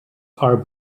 are